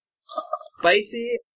spicy